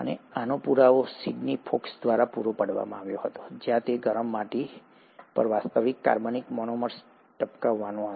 અને આનો પુરાવો સિડની ફોક્સ દ્વારા પૂરો પાડવામાં આવ્યો હતો જ્યાં તે ગરમ માટી પર વાસ્તવિક કાર્બનિક મોનોમર્સ ટપકાવતો હતો